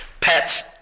pets